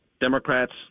Democrats